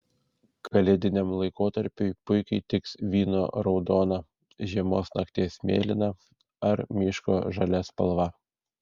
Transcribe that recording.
kalėdiniam laikotarpiui puikiai tiks vyno raudona žiemos nakties mėlyna ar miško žalia spalva